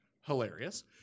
Hilarious